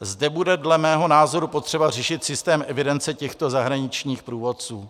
Zde bude dle mého názoru potřeba řešit systém evidence těchto zahraničních průvodců.